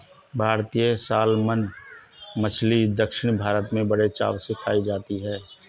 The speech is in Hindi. भारतीय सालमन मछली दक्षिण भारत में बड़े चाव से खाई जाती है